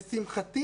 לשמחתי